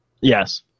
Yes